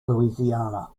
louisiana